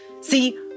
See